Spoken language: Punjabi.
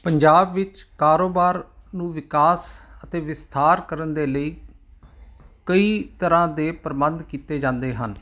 ਪੰਜਾਬ ਵਿੱਚ ਕਾਰੋਬਾਰ ਨੂੰ ਵਿਕਾਸ ਅਤੇ ਵਿਸਥਾਰ ਕਰਨ ਦੇ ਲਈ ਕਈ ਤਰ੍ਹਾਂ ਦੇ ਪ੍ਰਬੰਧ ਕੀਤੇ ਜਾਂਦੇ ਹਨ